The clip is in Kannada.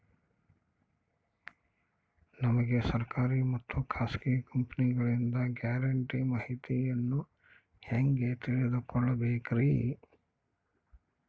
ನಮಗೆ ಸರ್ಕಾರಿ ಮತ್ತು ಖಾಸಗಿ ಕಂಪನಿಗಳಿಂದ ಗ್ಯಾರಂಟಿ ಮಾಹಿತಿಯನ್ನು ಹೆಂಗೆ ತಿಳಿದುಕೊಳ್ಳಬೇಕ್ರಿ?